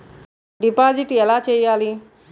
Deposit ఎలా చెయ్యాలి?